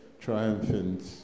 triumphant